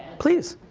please,